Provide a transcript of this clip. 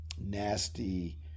nasty